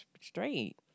straight